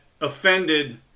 offended